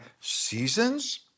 seasons